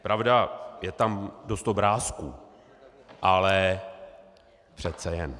Pravda, je tam dost obrázků, ale přece jen...